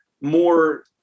more